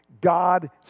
God